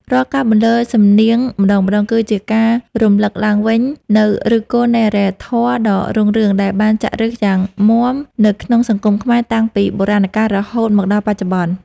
រាល់ការបន្លឺសំនៀងម្តងៗ គឺជាការរំឮកឡើងវិញនូវឫសគល់នៃអរិយធម៌ដ៏រុងរឿង ដែលបានចាក់គ្រឹះយ៉ាងមាំនៅក្នុងសង្គមខ្មែរតាំងពីបុរាណកាលរហូតមកដល់បច្ចុប្បន្ន។